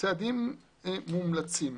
צעדים מומלצים: